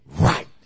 right